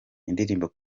indirimbo